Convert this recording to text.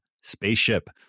spaceship